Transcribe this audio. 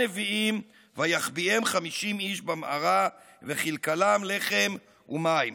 נבאים ויחביאם חמשים איש במערה וכלכלם לחם ומים".